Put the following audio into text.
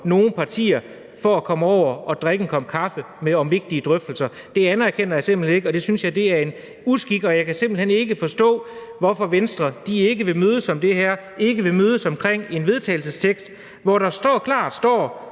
nogle partier fra at komme over og drikke en kop kaffe om vigtige drøftelser. Det anerkender jeg simpelt hen ikke. Og jeg synes, det er en uskik, og jeg kan simpelt hen ikke forstå, hvorfor Venstre ikke vil mødes om det her; at man ikke vil mødes omkring forslaget til vedtagelse, hvor der står